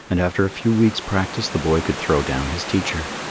and after a few weeks' practice the boy could throw down his teacher.